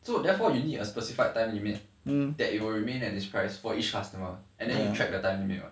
so therefore you need a specified time limit that you will remain at this price for each customer and then you track your time limit [what]